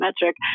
metric